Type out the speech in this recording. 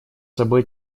собой